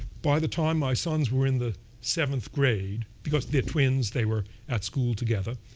by the time my sons were in the seventh grade, because they're twins, they were at school together.